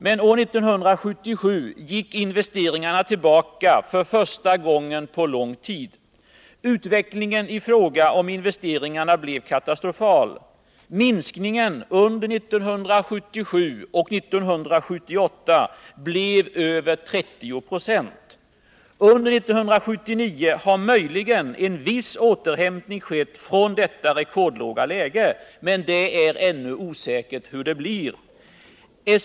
Men år 1977 gick investeringarna tillbaka för första gången på lång tid. Utvecklingen i fråga om investeringarna blev katastrofal. Minskningen under 1977 och 1978 blev över 30 96. Under 1979 har möjligen en viss återhämtning skett från detta rekordlåga läge, men det är ännu osäkert hur det blir.